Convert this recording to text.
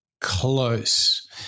close